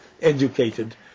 educated